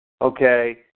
Okay